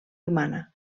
humana